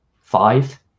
five